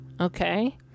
okay